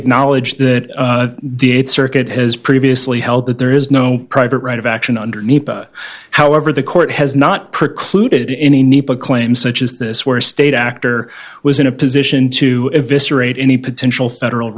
acknowledge that the eighth circuit has previously held that there is no private right of action underneath however the court has not precluded any nepa claim such as this where a state actor was in a position to any potential federal